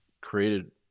created